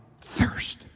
thirst